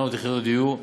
800 יחידות דיור,